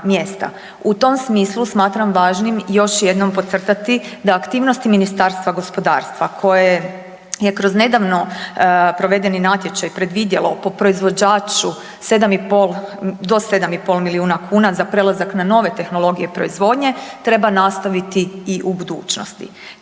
U tom smislu smatram važnim još jednom podcrtati da aktivnosti Ministarstva gospodarstva koje je kroz nedavno provedeni natječaj predvidjelo po proizvođaču do 7,5 milijuna kuna za prelazak na nove tehnologije proizvodnje treba nastaviti i budućnosti.